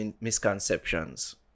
misconceptions